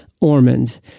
Ormond